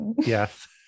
yes